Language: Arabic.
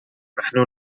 نحن